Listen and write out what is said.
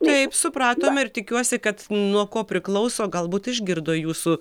taip supratom ir tikiuosi kad nuo ko priklauso galbūt išgirdo jūsų